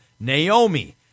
Naomi